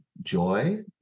joy